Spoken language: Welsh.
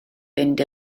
fynd